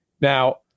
Now